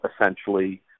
essentially